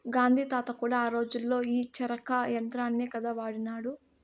గాంధీ తాత కూడా ఆ రోజుల్లో ఈ చరకా యంత్రాన్నే కదా వాడినాడు